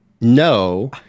no